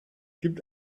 gibt